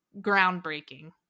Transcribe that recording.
groundbreaking